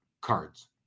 cards